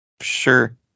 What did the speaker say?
Sure